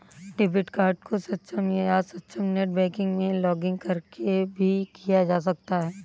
debit card को सक्षम या अक्षम नेट बैंकिंग में लॉगिंन करके भी किया जा सकता है